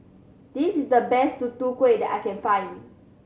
this is the best Tutu Kueh that I can find